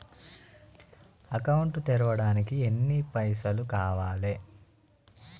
Account తెరవడానికి ఎన్ని పైసల్ కావాలే?